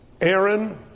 Aaron